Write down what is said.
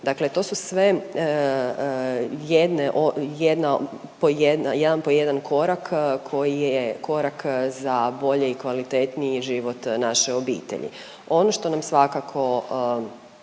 Dakle, to su sve jedne od, jedan po jedan korak koji je korak za bolji i kvalitetniji život naše obitelji. Ono što nam svakako